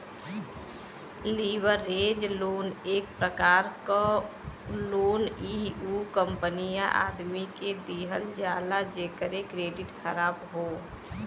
leverage loan एक प्रकार क लोन इ उ कंपनी या आदमी के दिहल जाला जेकर क्रेडिट ख़राब हौ